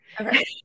Okay